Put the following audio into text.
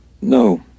No